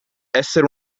essere